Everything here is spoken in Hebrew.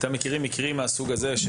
אתם מכירים מקרים מהסוג הזה?